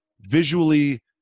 visually